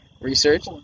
Research